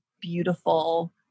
beautiful